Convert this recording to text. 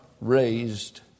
raised